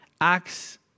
acts